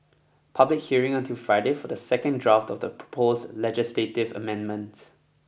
public hearing until Friday for the second draft of proposed legislative amendments